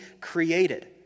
created